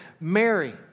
Mary